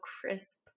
crisp